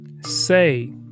say